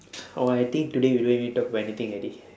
oh I think today we don't really need talk about anything already